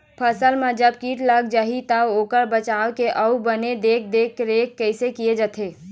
फसल मा जब कीट लग जाही ता ओकर बचाव के अउ बने देख देख रेख कैसे किया जाथे?